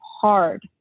hard